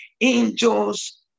angels